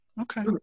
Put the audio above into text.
okay